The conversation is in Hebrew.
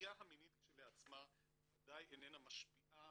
הנטייה המינית כשלעצמה ודאי איננה משפיעה